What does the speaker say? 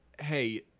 hey